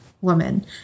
Woman